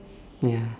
ya